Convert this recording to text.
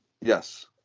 yes